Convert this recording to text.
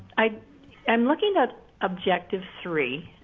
i am looking up objective three,